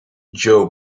joe